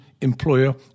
employer